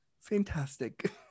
Fantastic